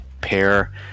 pair